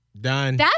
Done